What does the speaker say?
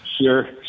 sure